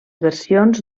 versions